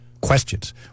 questions